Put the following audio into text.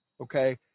okay